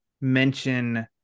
mention